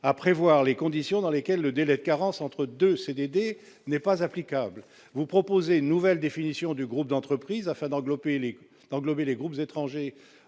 à prévoir les conditions dans lesquelles le délai de carence entre deux CDD n'est pas applicable. Vous proposez une nouvelle définition du groupe d'entreprises, afin d'englober les groupes étrangers